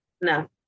No